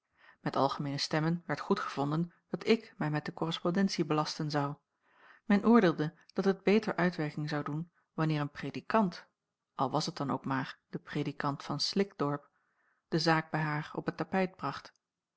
met algemeene stemmen werd goedgevonden dat ik mij met de korrespondentie belasten zou men oordeelde dat het beter uitwerking zou doen wanneer een predikant al was het dan ook maar de predikant van slikdorp de zaak bij haar op het tapijt bracht